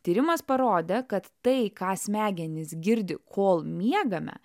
tyrimas parodė kad tai ką smegenys girdi kol miegame